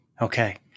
Okay